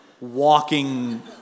walking